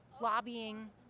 lobbying